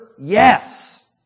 yes